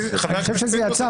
אני חושב שזה יצא,